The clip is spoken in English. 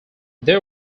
they